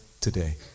today